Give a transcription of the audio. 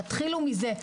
תתחילו מזה.